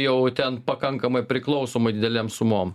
jau ten pakankamai priklausomai didelėm sumom